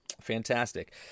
fantastic